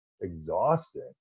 exhausting